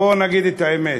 בואו נגיד את האמת: